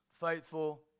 faithful